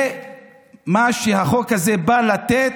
זה מה שהחוק הזה בא לתת,